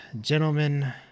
gentlemen